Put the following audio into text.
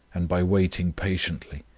and by waiting patiently.